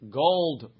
gold